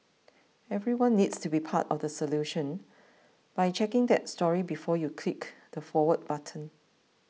everyone needs to be part of the solution by checking that story before you click the forward button